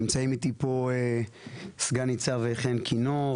נמצאים איתי פה סנ"צ חן כינור.